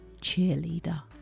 cheerleader